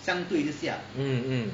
mm mm